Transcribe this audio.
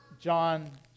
John